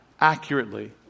accurately